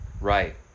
Right